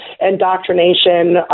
indoctrination